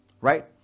right